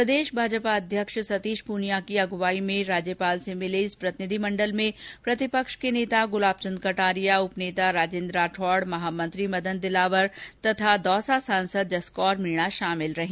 प्रदेश भाजपा अध्यक्ष सतीश पूनिया की अगुवाई में राज्यपाल से मिले इस प्रतिनिधिमंडल में प्रतिपक्ष के नेता गुलाब चंद कटारिया उप नेता राजेन्द्र राठौड़ महामंत्री मदन दिलावर तथा दौसा सांसद जसकौर मीणा शामिल रही